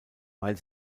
weil